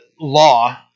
law